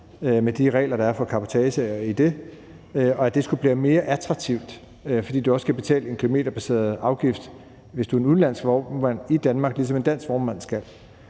med de regler for cabotage, der er i det – og at det skulle blive mere attraktivt, fordi du også skal betale en kilometerbaseret afgift, hvis du er en udenlandsk vognmand i Danmark, ligesom en dansk vognmand skal.